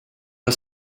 are